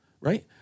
right